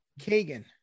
Kagan